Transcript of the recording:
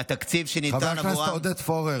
והתקציב שניתן עבורם,